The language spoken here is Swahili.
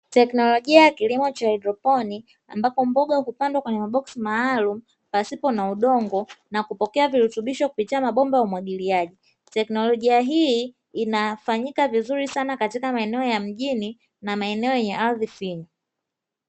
Teknolojia ya haidroponi ambapo mboga hupangwa katika maboksi maalumu pasina udongo na kupokea virutubisho kwa mabomba ya umwagiliaji, teknolojia hii unaofanyika vizuri sana katika maeneo ya mjini na maeneo yenye ardhi finyu.